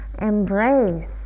embrace